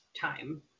time